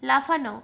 লাফানো